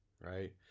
right